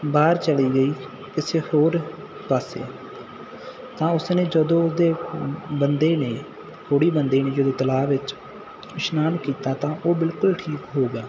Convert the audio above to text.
ਬਾਹਰ ਚਲੀ ਗਈ ਕਿਸੇ ਹੋਰ ਪਾਸੇ ਤਾਂ ਉਸਨੇ ਜਦੋਂ ਉਸਦੇ ਬੰਦੇ ਨੇ ਕੋਹੜੀ ਬੰਦੇ ਨੇ ਜਦੋਂ ਤਲਾਅ ਵਿੱਚ ਇਸ਼ਨਾਨ ਕੀਤਾ ਤਾਂ ਉਹ ਬਿਲਕੁਲ ਠੀਕ ਹੋ ਗਿਆ